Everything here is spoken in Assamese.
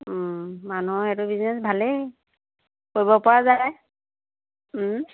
মানুহৰ এইটো বিজনেছ ভালেই কৰিব পৰা যায়